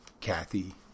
Kathy